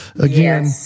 again